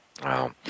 Wow